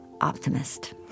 optimist